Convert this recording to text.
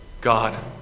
God